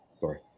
sorry